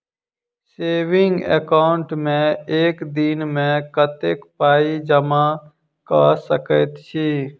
Saving account मे एक दिनमे कतेक पाई जमा कऽ सकैत छी?